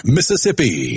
Mississippi